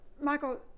michael